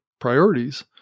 priorities